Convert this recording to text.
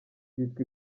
bitwa